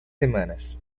semanas